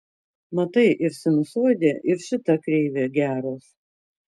matai ir sinusoidė ir šita kreivė geros